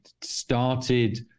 started